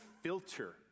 filter